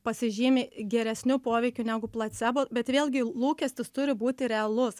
pasižymi geresniu poveikiu negu placebo bet vėlgi lūkestis turi būti realus